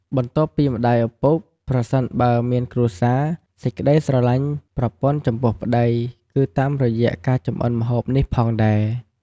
បន្ទាប់ពីម្ដាយឪពុក ប្រសិនយើងមានគ្រួសារ សេចក្ដីស្រលាញ់ប្រពន្ធចំពោះប្តីគឺតាមរយៈការចម្អិនម្ហូបនេះផងដែរ។